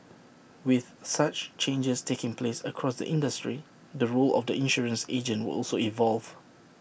with such changes taking place across the industry the role of the insurance agent will also evolve